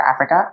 Africa